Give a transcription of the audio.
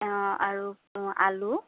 অঁ আৰু আলু